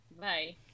Bye